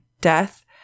death